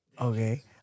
Okay